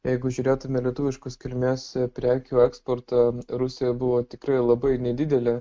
jeigu žiūrėtume į lietuviškos kilmės prekių eksportą rusija buvo tikrai labai nedidelė